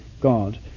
God